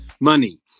money